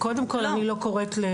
קודם כל אני לא קוראת,